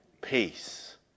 Peace